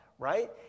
right